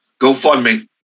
GoFundMe